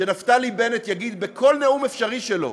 שנפתלי בנט יגיד בכל נאום אפשרי שלו,